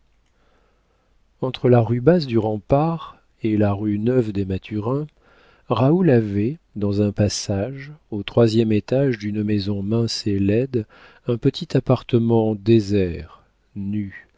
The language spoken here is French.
entre la rue basse du rempart et la rue neuve des mathurins raoul avait dans un passage au troisième étage d'une maison mince et laide un petit appartement désert